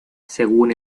según